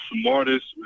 smartest